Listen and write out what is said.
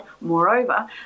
Moreover